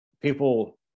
people